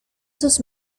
sus